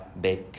big